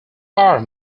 are